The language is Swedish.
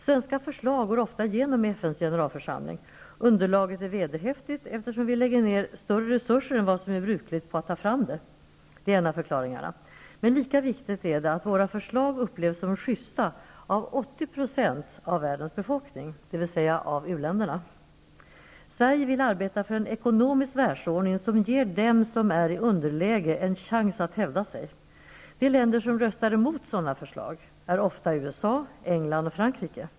Svenska förslag går ofta igenom i FN:s generalförsamling. Underlaget är vederhäftigt, eftersom vi lägger ned större resurser än vad som är brukligt; det är en av förklaringarna. Men lika viktigt är det att våra förslag upplevs som justa av Sverige vill arbeta för en ekonomisk världsordning som ger dem som är i underläge en chans att hävda sig. De länder som röstar emot sådana förslag är ofta USA, England och Frankrike.